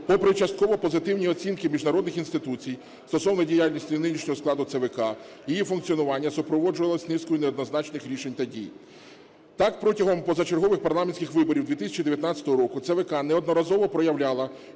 попри частково позитивні оцінки міжнародних інституцій стосовно діяльності нинішнього складу ЦВК, її функціонування супроводжувалося низкою неоднозначних рішень та дій. Так, протягом позачергових парламентських виборів 2019 року ЦВК неодноразово проявляла